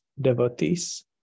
devotees